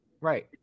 Right